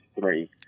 three